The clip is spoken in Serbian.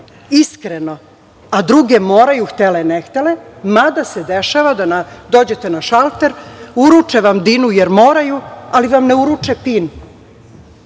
iskreno, a druge moraju, htele ne htele, mada se dešava da dođete na šalter, uruče vam "dinu", jer moraju, ali vam ne uruče pin.